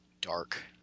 dark